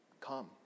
come